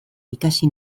ikasi